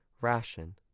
Ration